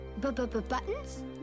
Buttons